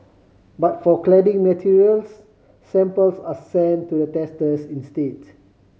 but for cladding materials samples are sent to the testers instead